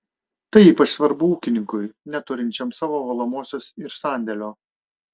tai ypač svarbu ūkininkui neturinčiam savo valomosios ir sandėlio